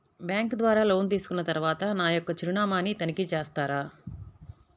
Bank ద్వారా loan తీసుకున్న తరువాత నా యొక్క చిరునామాని తనిఖీ చేస్తారా?